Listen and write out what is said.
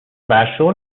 ورشو